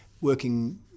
working –